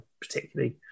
particularly